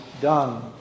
done